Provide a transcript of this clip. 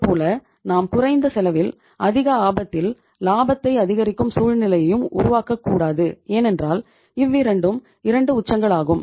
அதுபோல நாம் குறைந்த செலவில் அதிக ஆபத்தில் லாபத்தை அதிகரிக்கும் சூழ்நிலையையும் உருவாக்கக்கூடாது ஏனென்றால் இவ்விரண்டும் 2 உச்சங்கள் ஆகும்